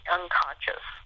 unconscious